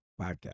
Podcast